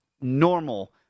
normal